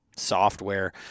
software